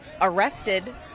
arrested